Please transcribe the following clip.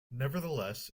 nevertheless